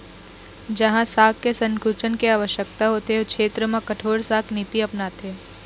जहाँ शाख के संकुचन के आवश्यकता होथे ओ छेत्र म कठोर शाख नीति अपनाथे